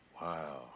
Wow